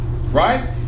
Right